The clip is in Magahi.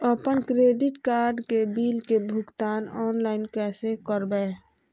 अपन क्रेडिट कार्ड के बिल के भुगतान ऑनलाइन कैसे करबैय?